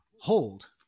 Hold